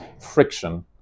friction